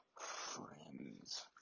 friends